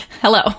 hello